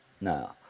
No